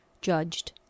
judged